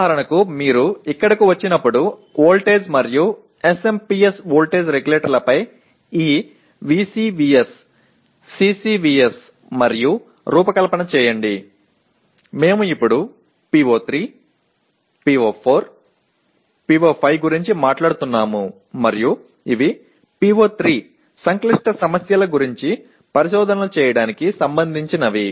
ఉదాహరణకు మీరు ఇక్కడకు వచ్చినప్పుడు వోల్టేజ్ మరియు SMPS వోల్టేజ్ రెగ్యులేటర్లపై ఈ VCVS CCVS మరియు రూపకల్పన చేయండి మేము ఇప్పుడు PO3 PO4 PO5 గురించి మాట్లాడుతున్నాము మరియు ఇవి PO3 సంక్లిష్ట సమస్యల గురించి పరిశోధనలు చేయటానికి సంబంధించినవి